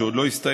שעוד לא הסתיימה,